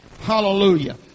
Hallelujah